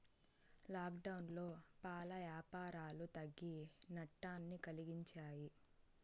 లాక్డౌన్లో పాల యాపారాలు తగ్గి నట్టాన్ని కలిగించాయి